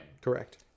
Correct